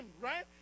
right